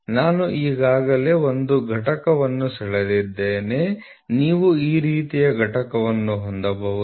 ನಾನು ಈಗಾಗಲೇ ಒಂದು ಘಟಕವನ್ನು ಸೆಳೆದಿದ್ದೇನೆ ನೀವು ಈ ರೀತಿಯ ಘಟಕವನ್ನು ಹೊಂದಬಹುದು